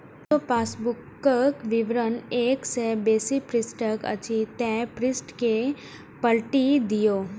जौं पासबुक विवरण एक सं बेसी पृष्ठक अछि, ते पृष्ठ कें पलटि दियौ